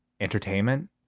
entertainment